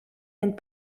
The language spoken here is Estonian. end